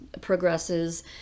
progresses